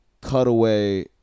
cutaway